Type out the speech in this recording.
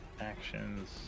actions